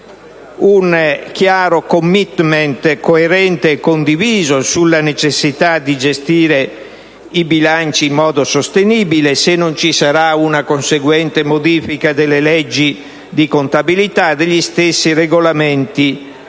un chiaro *commitment,* coerente e condiviso, in merito alla necessità di gestire i bilanci in modo sostenibile, di una conseguente modifica delle leggi di contabilità e degli stessi Regolamenti